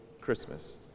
Christmas